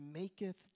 maketh